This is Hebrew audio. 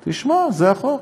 תשמע, זה החוק.